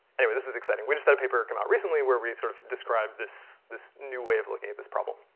anyway this is exciting. we just had a paper come out recently where we had sort of described this this new way of looking at this problem.